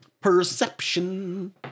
Perception